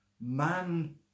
man